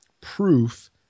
proof